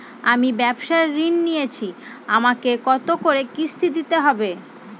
আমি ব্যবসার ঋণ নিয়েছি আমাকে কত করে কিস্তি দিতে হবে?